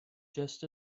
just